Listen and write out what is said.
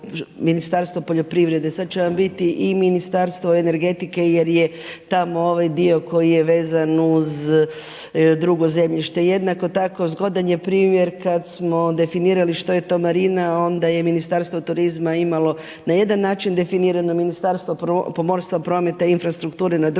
Ministarstvo poljoprivrede, sad će vam biti i Ministarstvo energetike jer je tamo ovaj dio koji je vezan uz drugo zemljište. Jednako tako zgodan je primjer kad smo definirali što je to marina, onda je Ministarstvo turizma imalo na jedan način definirano Ministarstvo pomorstva, prometa i infrastrukture na drugi.